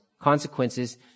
consequences